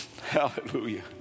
Hallelujah